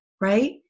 right